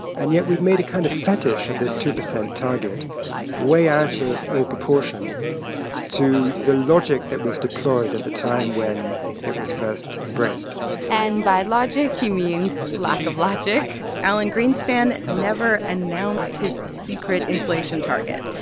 and yet we've made a kind of fetish of this two percent target way out of all proportion to the logic that was deployed at the time when it was first embraced and by logic, he means lack of logic alan greenspan never announced his secret inflation target.